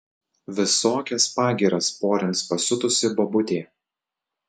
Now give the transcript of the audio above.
visokias pagyras porins pasiutusi bobutė